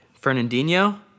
Fernandinho